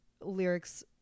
lyrics